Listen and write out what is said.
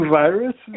virus